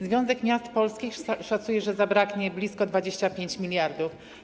Związek Miast Polskich szacuje, że zabraknie blisko 25 mld.